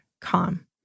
calm